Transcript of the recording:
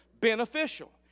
beneficial